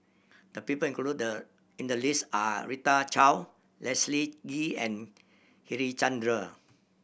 the people include in the list are Rita Chao Leslie Kee and Harichandra